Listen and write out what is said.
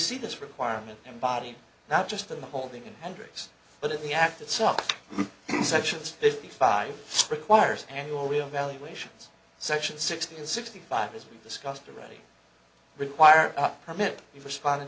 see this requirement and body not just them holding in hendricks but in the act itself sections fifty five requires annual valuations section sixty and sixty five as we've discussed already require a permit be responded